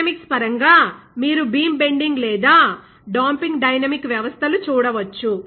dynamics పరంగా మీరు beam bending లేదా డాంపింగ్ డైనమిక్ వ్యవస్థలు చూడవచ్చు